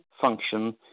function